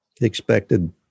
expected